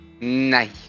Nice